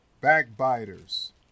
Backbiters